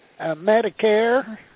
Medicare